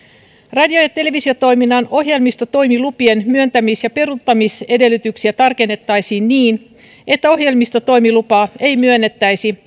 radio ja ja televisiotoiminnan ohjelmistotoimilupien myöntämis ja peruuttamisedellytyksiä tarkennettaisiin niin että ohjelmistotoimilupaa ei myönnettäisi